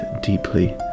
deeply